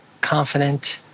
confident